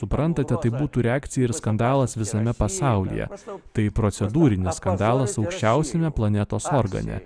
suprantate tai būtų reakcija ir skandalas visame pasaulyje sau tai procedūrines skandalas aukščiausiame planetos organe